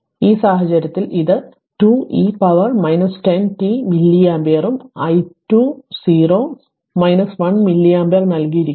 അതിനാൽ ഈ സാഹചര്യത്തിൽ ഇത് 2 e പവറിന് 10 ടി മില്ലി ആമ്പിയറും i 2 0 1 മില്ലി ആമ്പിയർ നൽകിയിരിക്കുന്നു